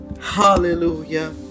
hallelujah